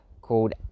called